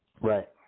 right